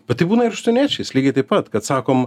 bet taip būna ir su užsieniečiais lygiai taip pat kad sakom